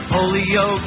Polio